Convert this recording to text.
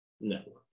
network